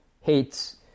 hates